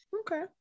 Okay